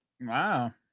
wow